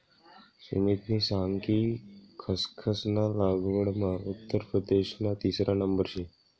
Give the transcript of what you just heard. सुमितनी सांग कि खसखस ना लागवडमा उत्तर प्रदेशना तिसरा नंबर शे